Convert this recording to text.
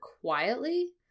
quietly